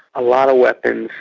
a lot of weapons,